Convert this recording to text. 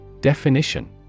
Definition